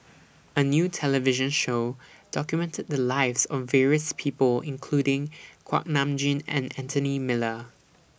A New television Show documented The Lives of various People including Kuak Nam Jin and Anthony Miller